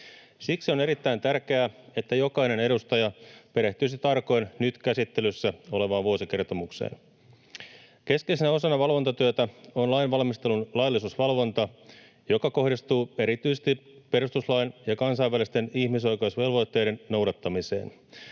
Siksi on erittäin tärkeää, että jokainen edustaja perehtyisi tarkoin nyt käsittelyssä olevaan vuosikertomukseen. Keskeisenä osana valvontatyötä on lainvalmistelun laillisuusvalvonta, joka kohdistuu erityisesti perustuslain ja kansainvälisten ihmisoikeusvelvoitteiden noudattamiseen,